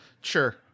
Sure